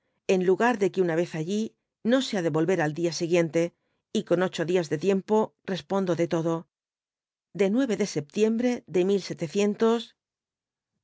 en lugar de que una vez auí no se ha de volver al dia siguiente j y con ocho dias de tiempo respondo de todo de de septiembre de